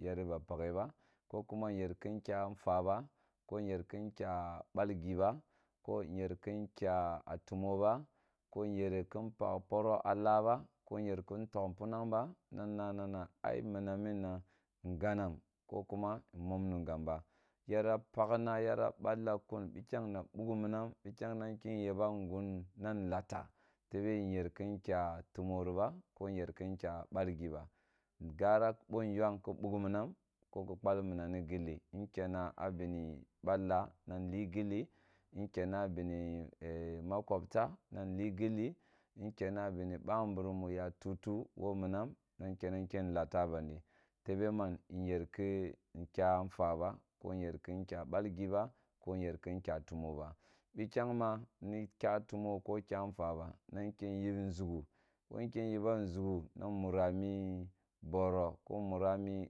Yeru ba oakhe ba kk mkuma nyer km nkya fa ba ko yer kin kya fa ba ko yer km kya bal gi ba ko yer km kya a tumo ba ko ngere kin togh nounang ba ba na nra na na na midan ngananm ko kwa nmom mungam ba yara pakhra yara balla kun bikyang na bug miman bikyang ba nkim nyeba ngun na nlata tebe nyer km kya tumori ba ko nyer kim kya bal gi ba ngara bo nyom ke big miman ko ki pal mmam ni gilli nkenna a bin ba la na bli gilli nkenna a bini ee makobta na nli gill nkenna bini ba mburim mu ya tutu wp mmam na nkene nke lata bandi tebe man nyeri ki nkya nta ba bo mmyer kim nkyta bal gi ba bo nyer km nkya tumu ba bikyang ma ni kya tumo ko kya nfa ba na nken nyeb nʒughu bo nku nyibam nʒughu na nmura me boro ko munami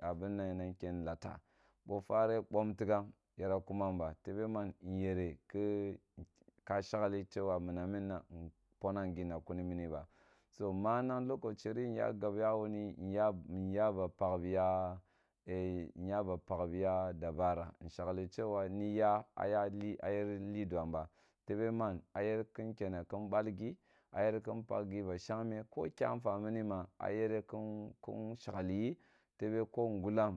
abmnan ra nken lata bo fore bom tigham yara kuman ba tebe mean nyere ki ka shagli shew mmam mina nponim gi na kuni mini ba so manang lokace ri nya gab ya pakh niya dobama nshali shewah niyua ayaliyer li duam ba tebe mom ayer km nkere kim bal gi a yer kim pakh gi ba shagme ko kya nfa mimi ma a yere kin kin shaghe yi tebe kon ngulam